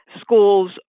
schools